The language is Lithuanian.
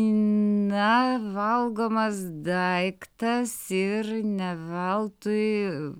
na valgomas daiktas ir ne veltui